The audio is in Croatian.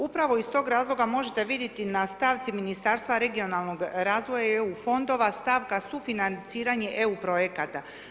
Upravo iz toga razloga možete vidjeti na stavci Ministarstva regionalnog razvoja i EU fondova, stavka sufinanciranje EU projekata.